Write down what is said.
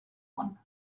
one